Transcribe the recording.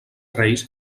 reis